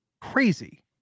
Crazy